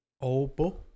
obo